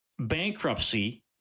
Bankruptcy